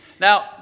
Now